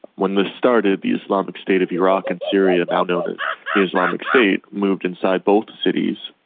when this started the islamic state of iraq and syria, now known as the islamic state, moved inside both cities.